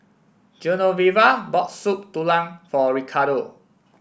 Genoveva bought Soup Tulang for Ricardo